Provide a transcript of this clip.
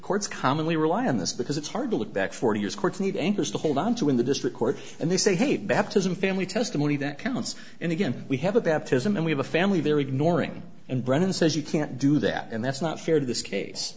courts commonly rely on this because it's hard to look back forty years courts need anchors to hold onto in the district court and they say hey baptism family testimony that counts and again we have a baptism and we have a family there ignoring and brennan says you can't do that and that's not fair to this case